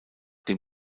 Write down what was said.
dem